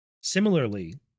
Similarly